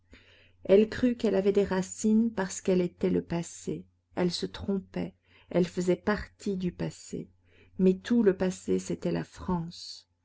elle crut qu'elle avait des racines parce qu'elle était le passé elle se trompait elle faisait partie du passé mais tout le passé c'était la france